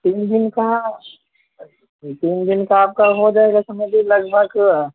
تین دن کا تین دن کا آپ کا ہو جائے گا سمجھ لیجیے لگ بھگ